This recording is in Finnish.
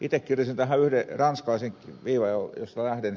itse kirjasin tähän yhden ranskalaisen viivan josta lähden